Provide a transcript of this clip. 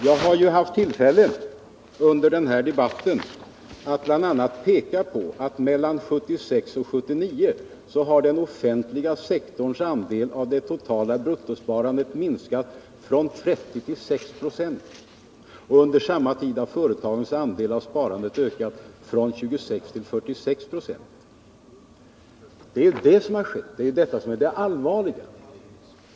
Jag har ju haft tillfälle under den här debatten att bl.a. peka på att mellan 1976 och 1979 har den offentliga sektorns andel av det totala bruttosparandet minskat från 30 till 6 96 och under samma tid har företagens andel av sparandet ökat från 26 till 46 96. Detta är ju det allvarliga.